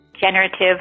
generative